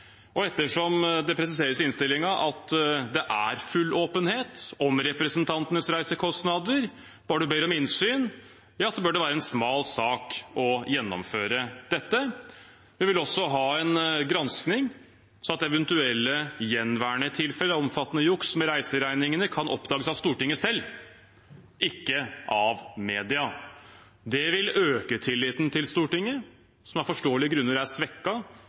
Ettersom det presiseres i innstillingen at det er full åpenhet om representantenes reisekostnader bare man ber om innsyn, bør det være en smal sak å gjennomføre dette. Vi vil også ha en granskning, slik at eventuelle gjenværende tilfeller av omfattende juks med reiseregninger kan oppdages av Stortinget selv, ikke av media. Det vil øke tilliten til Stortinget, som av forståelige grunner er